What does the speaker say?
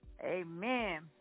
Amen